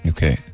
Okay